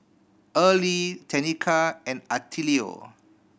Erle Tenika and Attilio